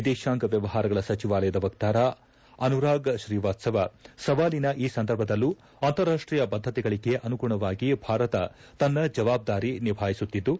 ವಿದೇತಾಂಗ ವ್ಯವಹಾರಗಳ ಸಚಿವಾಲಯದ ವಕ್ತಾರ ಅನುರಾಗ್ ಶ್ರೀವಾತ್ಸವ ಸವಾಲಿನ ಈ ಸಂದರ್ಭದಲ್ಲೂ ಅಂತಾರಾಷ್ಟೀಯ ಬದ್ಧತೆಗಳಿಗೆ ಅನುಗುಣವಾಗಿ ಭಾರತ ತನ್ನ ಜವಾಬ್ದಾರಿ ನಿಭಾಯಿಸುತ್ತಿದ್ದು